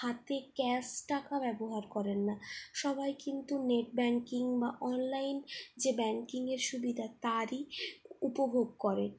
হাতে ক্যাশ টাকা ব্যবহার করেন না সবাই কিন্তু নেট ব্যাঙ্কিং বা অনলাইন যে ব্যাঙ্কিংয়ের সুবিধা তারই উপভোগ করে